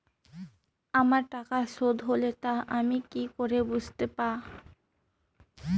আমার টাকা শোধ হলে তা আমি কি করে বুঝতে পা?